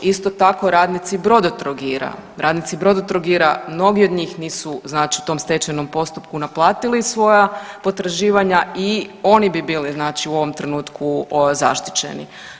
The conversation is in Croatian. Isto tako radnici Brodotrogira, radnici Brodotrogira, mnogi od njih nisu znači u tom stečajnom postupku naplatili svoja potraživanja i oni bi bili znači u ovom trenutku zaštićeni.